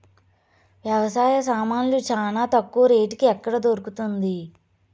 వ్యవసాయ సామాన్లు చానా తక్కువ రేటుకి ఎక్కడ దొరుకుతుంది?